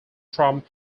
from